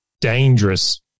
dangerous